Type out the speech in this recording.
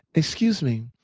excuse me,